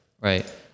Right